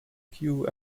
queue